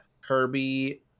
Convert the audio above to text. kirby